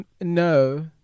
no